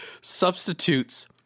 substitutes